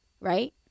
right